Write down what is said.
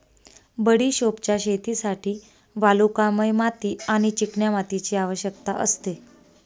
बडिशोपच्या शेतीसाठी वालुकामय माती आणि चिकन्या मातीची आवश्यकता असते